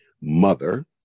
mother